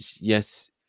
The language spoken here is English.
yes